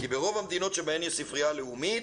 כי ברוב המדינות שבהן יש ספרייה לאומית,